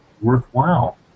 worthwhile